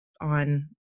on